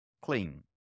Clean